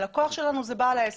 הלקוח שלנו הוא בעל העסק.